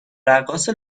رقاص